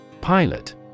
Pilot